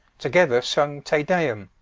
together sung te deum.